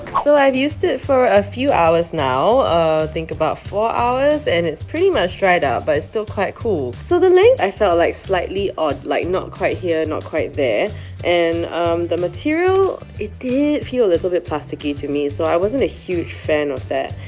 so i've used it for a few hours now, think about four hours and it's pretty much dried out but it's still quite cool. so the length i felt like slightly odd, like not quite here not quite there and the material it did feel a little bit plasticky to me so i wasn't a huge fan of that.